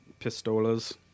pistolas